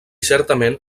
certament